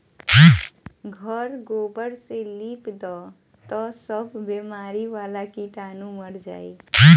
घर गोबर से लिप दअ तअ सब बेमारी वाला कीटाणु मर जाइ